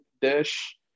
dish